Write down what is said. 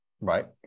right